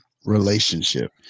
Relationship